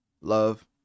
Love